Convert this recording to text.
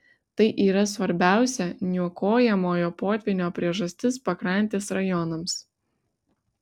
tai yra svarbiausia niokojamojo potvynio priežastis pakrantės rajonams